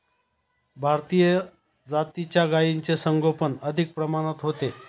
भारतीय जातीच्या गायींचे संगोपन अधिक प्रमाणात होते